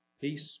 peace